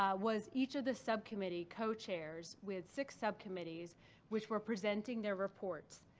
um was each of the subcommittee co-chairs with six subcommittees which were presenting their reports.